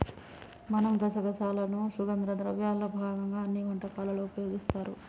మనం గసగసాలను సుగంధ ద్రవ్యాల్లో భాగంగా అన్ని వంటకాలలో ఉపయోగిస్తారు